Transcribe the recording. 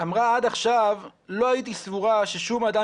אמרה 'עד עכשיו לא הייתי סבורה ששום אדם